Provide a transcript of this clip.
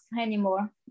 anymore